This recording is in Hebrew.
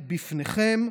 בפניכם.